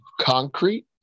concrete